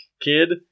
kid